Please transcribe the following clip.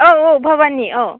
औ औ भबानि औ